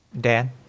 Dan